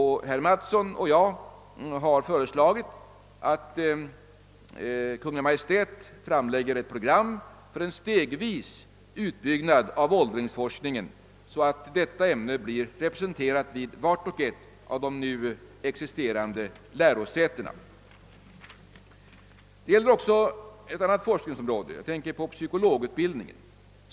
Herr Mattsson och jag har föreslagit att Kungl. Maj:t framlägger ett program för en stegvis utbyggnad av åldringsvårdsforskningen, så att detta ämne blir representerat vid vart och ett av de nu existerande lärosätena. Ett annat forskningsområde gäller psykologutbildningen.